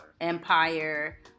Empire